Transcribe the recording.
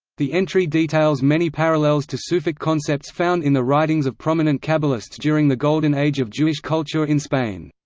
the entry details many parallels to sufic concepts found in the writings of prominent kabbalists during the golden age of jewish culture in spain.